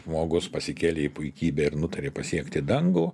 žmogus pasikėlė į puikybę ir nutarė pasiekti dangų